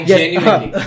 genuinely